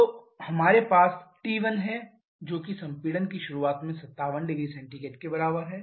तो हमारे पास T1 है जो कि संपीड़न की शुरुआत में 57 ℃ के बराबर है